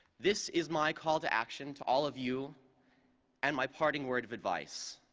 this is my call to action to all of you and my parting word of advice.